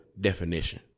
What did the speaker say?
definition